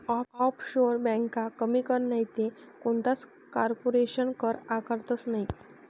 offshore ब्यांका कमी कर नैते कोणताच कारपोरेशन कर आकारतंस नयी